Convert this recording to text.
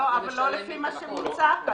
לא, אבל לא לפי מה שמוצע כאן.